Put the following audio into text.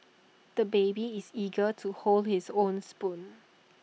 the baby is eager to hold his own spoon